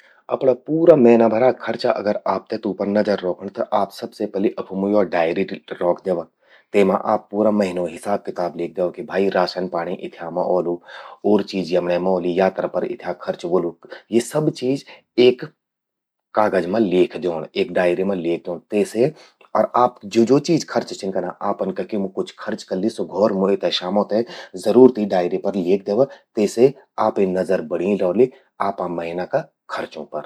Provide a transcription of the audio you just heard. अपरा पूरा महीना भरा खर्चा, अगर आपते तूं पर नजर रौखण, त आप सबसे पलि फू मूं यौ डयरी रौख द्यवा। तेमा आप पूरा महीनो हिसाब किताब ल्येख द्यवा कि भई राशन पाणि इथ्या मां औलु और चीज यमण्ये मां औलि, यात्रा पर इथ्या खर्च व्होलु। यि सब चीज एक कागज मां ल्येख द्योंण, एक डायरी मां ल्येख द्योंण। तेसे अर आप ज्वो ज्वो चीज खर्च छिन कना, आपन कखि मूं कुछ खर्च कल्लि, स्वो घौर मूं ए ते शामौ ते जरूर तीं डायरी पर ल्येख द्यवा। तेसे आपे नजर बण्यीं रौलि आपा महीना का खर्चों पर।